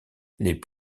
les